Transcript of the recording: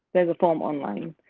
there is a form online.